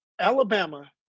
Alabama